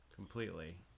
completely